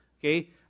Okay